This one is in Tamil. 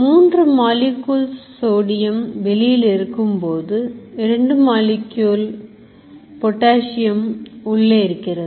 3 molecule சோடியம் வெளியில் இருக்கும் போது 2 molecule பொட்டாசியம் உள்ளே இருக்கிறது